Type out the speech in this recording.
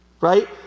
right